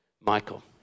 Michael